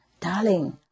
Darling